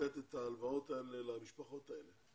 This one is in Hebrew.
לתת את ההלוואות האלה למשפחות האלה.